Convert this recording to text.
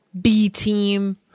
B-team